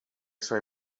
suoi